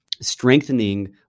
strengthening